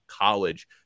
COLLEGE